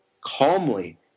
calmly